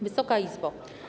Wysoka Izbo!